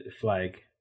flag